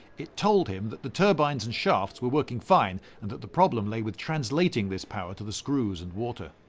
it told him that the turbines and shafts were working fine, and that the problem lay with translating this power to the screws and water.